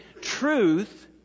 Truth